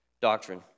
doctrine